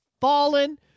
fallen